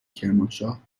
کرمانشاه